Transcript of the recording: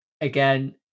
again